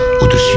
au-dessus